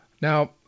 Now